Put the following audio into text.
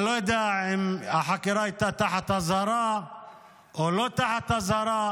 אני לא יודע אם החקירה הייתה תחת אזהרה או לא תחת אזהרה,